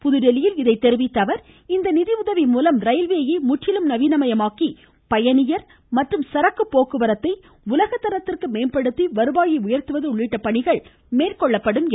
புதுதில்லியில் செய்தியாளர்களிடம் பேசிய அவர் இந்த நிதியுதவியின் மூலம் ரயில்வேயை முற்றிலும் நவீனமயமாக்கி பயணியர் மற்றும் சரக்கு போக்குவரத்தை உலகத்தரத்திற்கு மேம்படுத்தி வருவாயை உயர்த்துவது உள்ளிட்ட பணிகள் மேற்கொள்ளப்படும் என்றார்